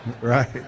Right